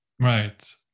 Right